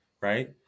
right